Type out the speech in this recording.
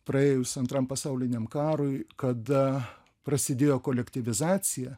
praėjus antram pasauliniam karui kada prasidėjo kolektyvizacija